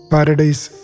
Paradise